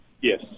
Yes